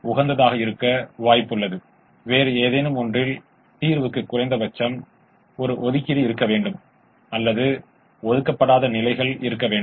எனவே இந்த தேற்றத்தை சில எடுத்துக்காட்டுகள் மூலம் விளக்க அல்லது புரிந்துகொள்ள முயற்சிப்போம்